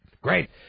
Great